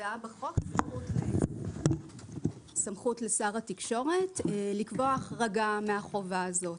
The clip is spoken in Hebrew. נקבעה בחוק סמכות לשר התקשורת לקבוע החרגה מהחובה הזאת.